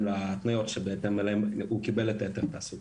להתניות שבהתאם אליהם הוא קיבל את היתר התעסוקה.